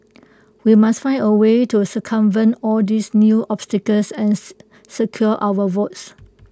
we must find A way to circumvent all these new obstacles and secure our votes